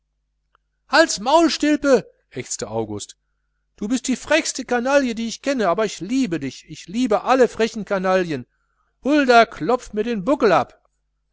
halts maul stilpe ächzte august du bist die frechste canaille die ich kenne aber ich liebe dich ich liebe alle frechen canaillen hulda klopf mir den buckel ab